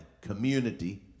community